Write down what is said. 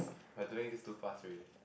we're doing this too fast already